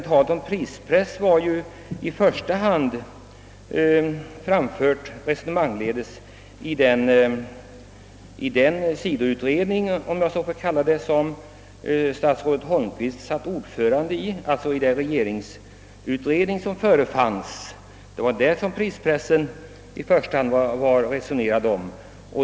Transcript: Talet om prispress hade förresten i första hand framförts resonemangsvis i den sidoutredning, om jag så får kalla den, dvs. den regeringsutredning, som statsrådet Holmqvist själv satt som ordförande i.